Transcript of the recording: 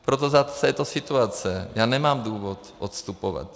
Proto za této situace nemám důvod odstupovat.